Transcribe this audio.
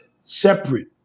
separate